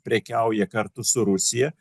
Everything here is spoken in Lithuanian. prekiauja kartu su rusija